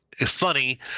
Funny